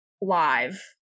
Live